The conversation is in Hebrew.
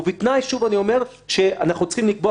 בסך הכול 23. אני חושב שכאן אנחנו קצת חלוקים.